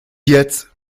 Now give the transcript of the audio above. jetzt